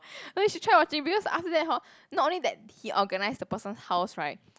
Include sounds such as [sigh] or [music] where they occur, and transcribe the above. [breath] I mean you should try watching because after that hor not only that he organise the person house right